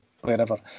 wherever